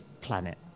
planet